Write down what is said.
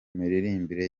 miririmbire